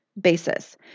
basis